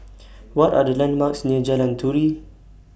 What Are The landmarks near Jalan Turi